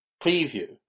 preview